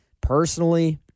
personally